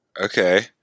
Okay